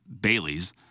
Bailey's